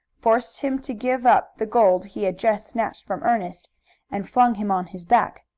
forced him to give up the gold he had just snatched from ernest and flung him on his back.